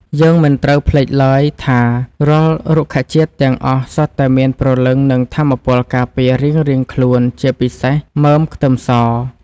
យើងមិនត្រូវភ្លេចឡើយថារាល់រុក្ខជាតិទាំងអស់សុទ្ធតែមានព្រលឹងនិងថាមពលការពាររៀងៗខ្លួនជាពិសេសមើមខ្ទឹមស។